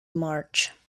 march